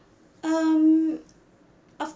um